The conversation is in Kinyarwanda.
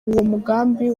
mugambi